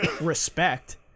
respect